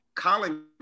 Colin